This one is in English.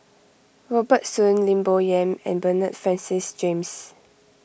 Robert Soon Lim Bo Yam and Bernard Francis James